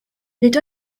nid